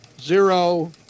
zero